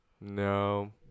No